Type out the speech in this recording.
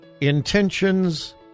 intentions